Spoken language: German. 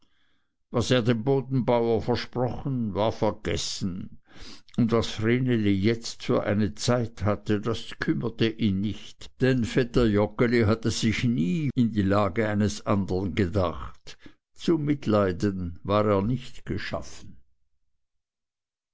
was er dem bodenbauer versprochen war vergessen und was vreneli jetzt für eine zeit hatte das kümmerte ihn nicht denn vetter joggeli hatte sich nie in die lage eines andern gedacht zum mitleiden war er nicht geschaffen